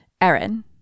Erin